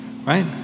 Right